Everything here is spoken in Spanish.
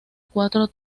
cuatro